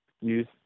use